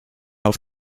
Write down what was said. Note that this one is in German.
auf